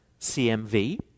CMV